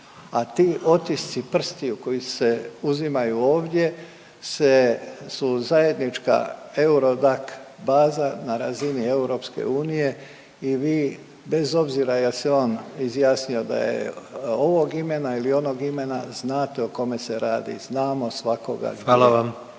a ti otisci prstiju koji se uzimaju ovdje se, su zajednička Eurodack baza na razini EU i vi bez obzira jer se on izjasnio da je ovog imena ili onog imena znate o kome se radi, znamo svakoga…/Upadica